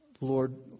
Lord